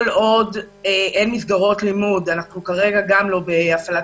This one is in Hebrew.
עוד אין מסגרות לימוד אנחנו כרגע גם לא בהפעלת